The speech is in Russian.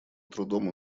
трудом